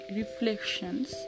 reflections